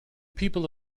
people